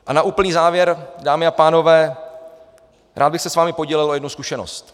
A na úplný závěr, dámy a pánové, bych se rád s vámi podělil o jednu zkušenost.